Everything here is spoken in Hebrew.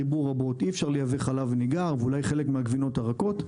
אי אפשר לייבא חלב ניגר ואולי גם חלק מהגבינות הרכות,